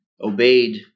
obeyed